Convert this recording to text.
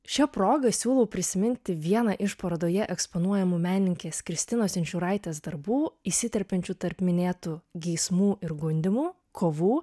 šia proga siūlau prisiminti vieną iš parodoje eksponuojamų menininkės kristinos inčiūraitės darbų įsiterpiančių tarp minėtų geismų ir gundymų kovų